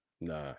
nah